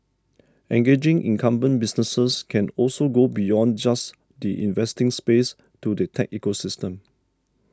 engaging incumbent businesses can also go beyond just the investing space to the tech ecosystem